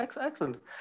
excellent